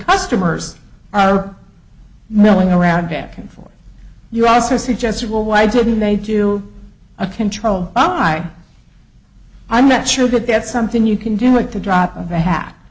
customers are milling around back and forth you also suggested well why didn't they do a controlled by i'm not sure but that's something you can do at the drop of a hat